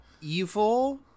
evil